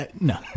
no